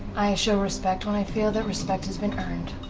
i show respect when i feel that respect has been earned.